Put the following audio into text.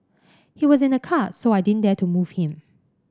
he was in a car so I didn't dare to move him